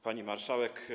Pani Marszałek!